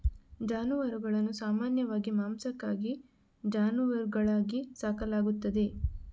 ಜಾನುವಾರುಗಳನ್ನು ಸಾಮಾನ್ಯವಾಗಿ ಮಾಂಸಕ್ಕಾಗಿ ಜಾನುವಾರುಗಳಾಗಿ ಸಾಕಲಾಗುತ್ತದೆ